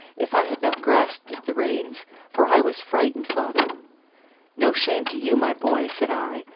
if i had not grasped at the reins for i was frightened, father no shame to you, my boy, said i,